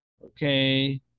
Okay